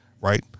right